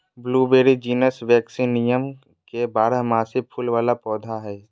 blueberry genus Vaccinium के बारहमासी फूल वला पौधा हइ